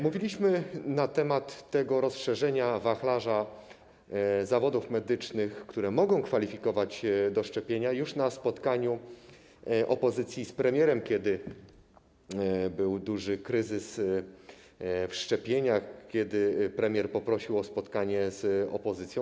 Mówiliśmy na temat tego rozszerzenia wachlarza zawodów medycznych, których przedstawiciele mogą kwalifikować do szczepienia, już na spotkaniu opozycji z premierem, kiedy był duży kryzys w zakresie szczepień, kiedy premier poprosił o spotkanie z opozycją.